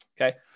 Okay